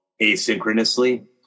asynchronously